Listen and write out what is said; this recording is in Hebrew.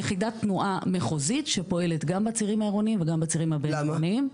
לכן צריך רפורמה משפטית.